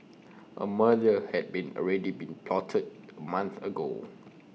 A murder had already been plotted A month ago